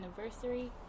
anniversary